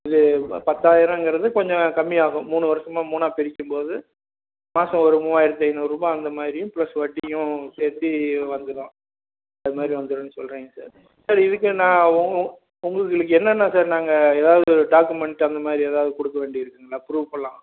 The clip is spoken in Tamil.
இது பத்தாயிரங்கிறது கொஞ்சம் கம்மி ஆகும் மூணு வருஷம் மூணாக பிரிக்கும்போது மாதம் ஒரு மூவாயிரத்து ஐநூறுரூபா அந்த மாதிரியும் ப்ளஸ் வட்டியும் சேர்த்தி வந்துடும் அது மாதிரி வந்துருன்னு சொல்கிறேங்க சார் சார் இதுக்கு நான் உ உ உங்களுக்கு என்னென்ன சார் நாங்கள் ஏதாவது டாக்குமெண்ட் அந்த மாதிரி ஏதாவது கொடுக்க வேண்டி இருக்குதுங்களா ப்ரூஃப்பெல்லாம்